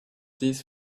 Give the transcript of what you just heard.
this